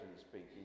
speaking